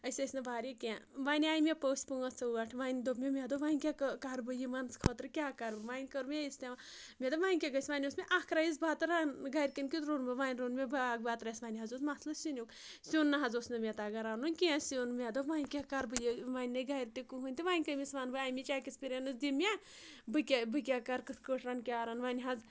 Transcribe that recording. أسۍ ٲسۍ نہٕ واریاہ کینٛہہ وۄنۍ آے مےٚ پٔژھۍ پٲنٛژھ ٲٹھ وۄنۍ دوٚپ مےٚ مےٚ دوٚپ وۄنۍ کیاہ کَرٕ بہٕ یِمَن خٲطرٕ کیاہ کَرٕ وۄنۍ کٔر مےٚ اِست مےٚ دوٚپ وۄنۍ کیٛاہ گٔژھ وۄنۍ اوس مےٚ اَکھ رایِس بَتہٕ رَن گَرکؠن کیُتھ روٚن بہٕ وۄنۍ روٚن مےٚ بیاکھ بتہٕ رَایِس وَنہِ حظ اوس مَسلہٕ سِنیُک سیُن نہ حظ اوس نہٕ مےٚ تگان رَنُن کینٛہہ سیُن مےٚ دوٚپ وۄنۍ کیاہ کَرٕ بہٕ یہِ وۄنۍ نہٕ گَرِ تہِ کٕہٕنۍ تہٕ وۄنۍ کٔمِس وَنہٕ بہٕ اَمِچ ایٚکٕسپیٖریَنس دِ مےٚ بہٕ کیٛاہ بہٕ کیٛاہ کَرٕ کِتھ کٲٹھۍ رَنہٕ کیٛاہ رَنہٕ وَنہِ حظ